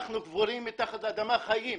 אנחנו קבורים מתחת לאדמה חיים,